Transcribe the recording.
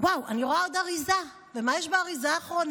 וואו, אני רואה עוד אריזה, ומה יש באריזה האחרונה?